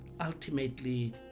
ultimately